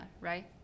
right